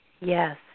Yes